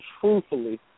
truthfully